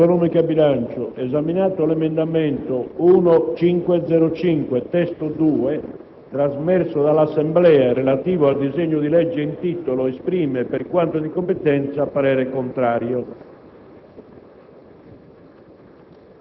«La Commissione programmazione economica, bilancio, esaminato l'emendamento 1.0.200 ed i relativi subemendamenti 1.0.200/1 e 1.0.200/2, esprime,